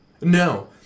No